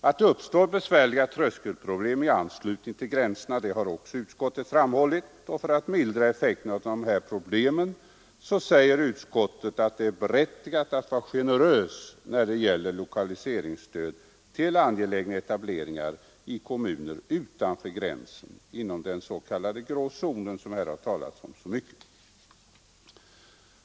Att det uppstår besvärliga tröskelproblem i anslutning till gränserna har också framhållits av utskottet, och för att mildra effekten av dessa problem uttalar utskottet att det är berättigat att vara generös då det gäller lokaliseringsstöd till angelägna etableringar i kommuner utanför gränsen, inom den s.k. grå zonen som det i dag har talats så mycket om.